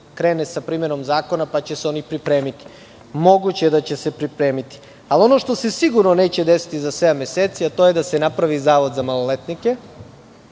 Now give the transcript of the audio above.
krene sa primenom zakona, pa će se oni primeniti. Moguće je da će se pripremiti, ali ono što se sigurno neće desiti za sedam meseci, to je da se napravi zavod za maloletnike.